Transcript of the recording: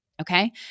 Okay